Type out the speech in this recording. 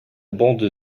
bande